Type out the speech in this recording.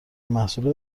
محصول